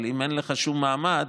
אבל אם אין לך שום מעמד,